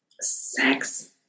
sex